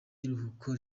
iruhuko